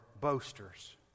boasters